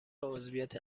عضویت